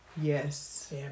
Yes